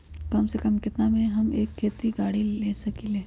कम से कम केतना में हम एक खेती करेला गाड़ी ले सकींले?